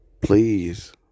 please